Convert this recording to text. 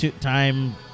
time